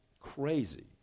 crazy